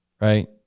Right